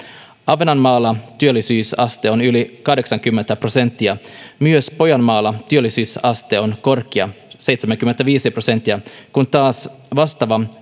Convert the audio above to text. ahvenanmaalla työllisyysaste on yli kahdeksankymmentä prosenttia myös pohjanmaalla työllisyysaste on korkea seitsemänkymmentäviisi prosenttia kun taas vastaava